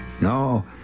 no